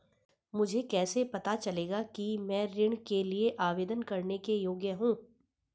मुझे कैसे पता चलेगा कि मैं ऋण के लिए आवेदन करने के योग्य हूँ?